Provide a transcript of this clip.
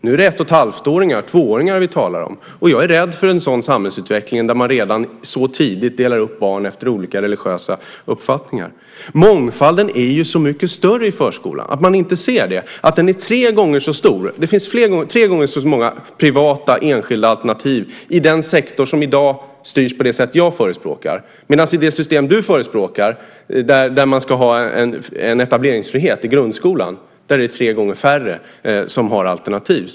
Nu är det ett och halvt och tvååringar vi talar om. Jag är rädd för en sådan samhällsutveckling där man redan så tidigt delar upp barn efter olika religiösa uppfattningar. Mångfalden är ju så mycket större i förskolan. Ser man inte att den är tre gånger så stor? Det finns tre gånger så många privata enskilda alternativ i den sektor som i dag styrs på det sätt som jag förespråkar. I det system du förespråkar, där man ska ha en etableringsfrihet i grundskolan, är det tre gånger färre som har alternativ.